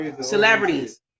celebrities